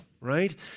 right